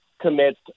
commit